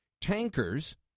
Tankers